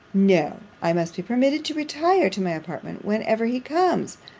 no! i must be permitted to retire to my apartment whenever he comes.